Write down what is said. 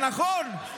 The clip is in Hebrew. אתה לא סומך, נכון?